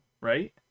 right